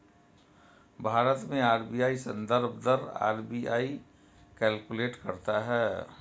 भारत में आर.बी.आई संदर्भ दर आर.बी.आई कैलकुलेट करता है